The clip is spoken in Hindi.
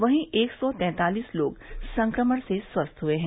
वहीं एक सौ तैतालिस लोग संक्रमण से स्वस्थ हुए हैं